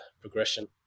progression